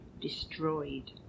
destroyed